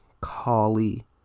Collie